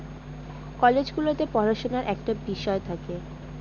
college গুলোতে পড়াশুনার একটা বিষয় থাকে